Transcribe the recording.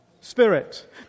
Spirit